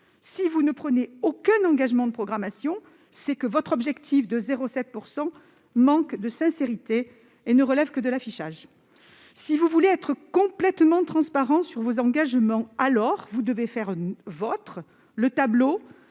si vous ne prenez aucun engagement de programmation, c'est que votre objectif d'atteindre le taux de 0,7 % manque de sincérité et n'est qu'un effet d'affichage. Si vous voulez être complètement transparent sur vos engagements, alors vous devez faire vôtre le tableau